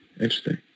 interesting